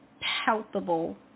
palpable